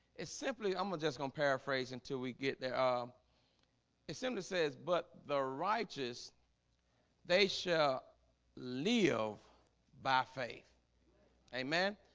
it's simply i'm gonna just gonna paraphrase until we get there ah it simply says but the righteous they shall live by faith amen,